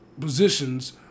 positions